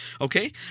Okay